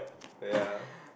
ya